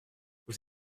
vous